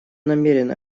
намерен